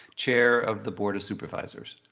chair of the board of supervisors.